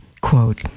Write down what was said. quote